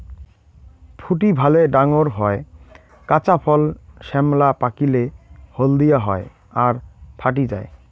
ফুটি ভালে ডাঙর হয়, কাঁচা ফল শ্যামলা, পাকিলে হলদিয়া হয় আর ফাটি যায়